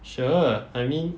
sure I mean